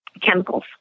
chemicals